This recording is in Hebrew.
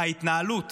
ההתנהלות